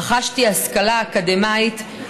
רכשתי השכלה אקדמית,